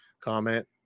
comment